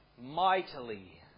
mightily